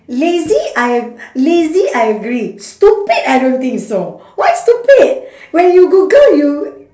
lazy I ag~ lazy I agree stupid I don't think so why stupid when you google you